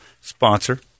sponsor